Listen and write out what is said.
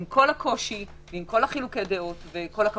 עם כל הקושי וכל חילוקי הדעות - כל הכבוד.